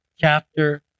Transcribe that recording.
chapter